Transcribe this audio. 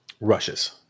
Rushes